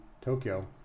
Tokyo